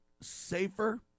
safer